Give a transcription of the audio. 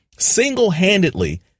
single-handedly